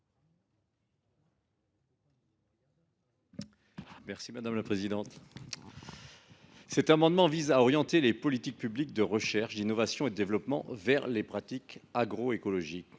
M. Daniel Salmon. Cet amendement vise à orienter les politiques publiques de recherche, d’innovation et de développement vers les pratiques agroécologiques.